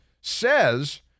says